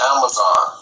Amazon